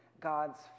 God's